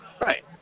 Right